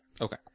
Okay